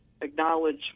acknowledge